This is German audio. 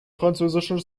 französischen